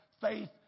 faith